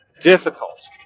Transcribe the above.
difficult